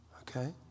okay